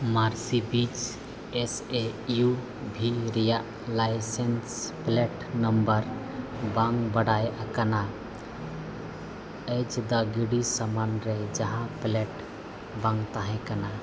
Mercedes S A U V ᱨᱮᱭᱟᱜ license plate number ᱵᱟᱝ ᱵᱟᱰᱟᱭ ᱟᱠᱟᱱᱟ ᱚᱡᱮ ᱫᱚ ᱜᱟᱹᱰᱤ ᱥᱟᱢᱟᱝ ᱨᱮ ᱡᱟᱦᱟᱸ ᱯᱞᱮᱴ ᱵᱟᱝ ᱛᱟᱦᱮᱸ ᱠᱟᱱᱟ